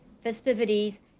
festivities